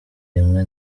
rimwe